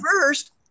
first